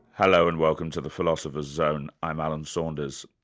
hello and welcome to the philosopher's zone. i'm alan saunders.